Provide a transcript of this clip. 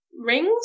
rings